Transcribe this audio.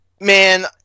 man